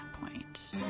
point